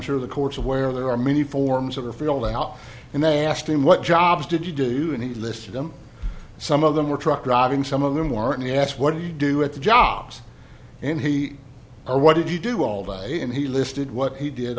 sure the courts where there are many forms of are filled out and they asked him what jobs did he do and he listed them some of them were truck driving some of them weren't asked what do you do at the jobs and he or what did you do all day and he listed what he did